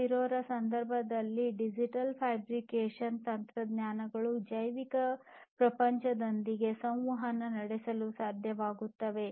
0 ರ ಈ ಸಂದರ್ಭದಲ್ಲಿ ಡಿಜಿಟಲ್ ಫ್ಯಾಬ್ರಿಕೇಶನ್ ತಂತ್ರಜ್ಞಾನಗಳು ಜೈವಿಕ ಪ್ರಪಂಚದೊಂದಿಗೆ ಸಂವಹನ ನಡೆಸಲು ಸಾಧ್ಯವಾಗುತ್ತದೆ